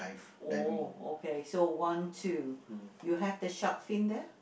oh okay so one two you have the shark fin there